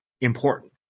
important